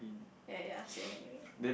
yea yea yea same anywhere